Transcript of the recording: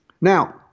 Now